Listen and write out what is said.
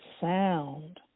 sound